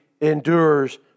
endures